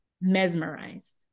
mesmerized